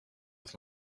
with